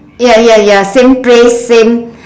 ya ya ya same place same